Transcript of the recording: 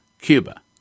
Cuba